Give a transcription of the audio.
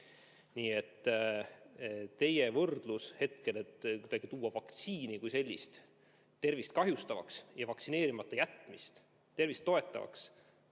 Nii et teie võrdlus, kui te nimetate vaktsiini kui sellise tervist kahjustavaks ja vaktsineerimata jätmist tervist toetavaks,